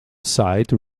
site